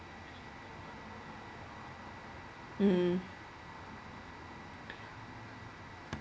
mm